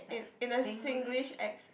that Singlish